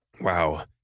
Wow